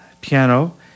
piano